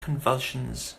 convulsions